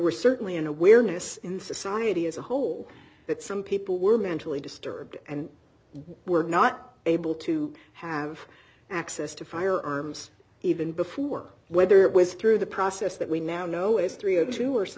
were certainly an awareness in society as a whole that some people were mentally disturbed and were not able to have access to firearms even before whether it was through the process that we now know is three